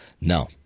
No